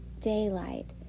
daylight